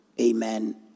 Amen